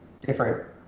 different